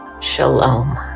Shalom